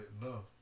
No